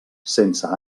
sense